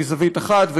מזווית אחת,